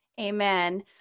Amen